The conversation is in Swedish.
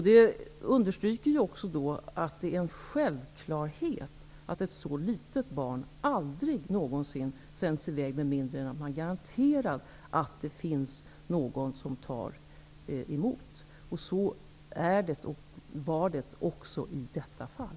Detta understryker att det är en självklarhet att ett så här litet barn aldrig sänds i väg med mindre att man har garantier för att det finns någon som tar emot det. Så är det, och så var det även i detta fall.